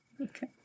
Okay